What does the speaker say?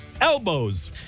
Elbows